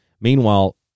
Meanwhile